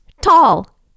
tall